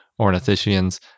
ornithischians